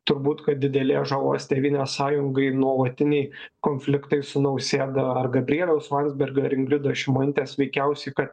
turbūt kad didelės žalos tėvynės sąjungai nuolatiniai konfliktai su nausėda ar gabrieliaus landsbergio ar ingridos šimonytės veikiausiai kad